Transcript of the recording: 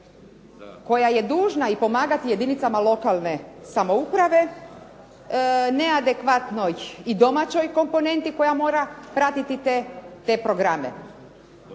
koja je dužna pomagati jedinicama lokalne samouprave, neadekvatnoj domaćoj komponenti koja mora pratiti te programe.